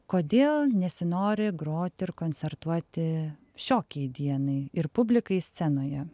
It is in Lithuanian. kodėl nesinori grot ir koncertuoti šiokiai dienai ir publikai scenoje